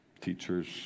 teachers